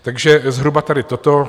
Takže zhruba tady toto.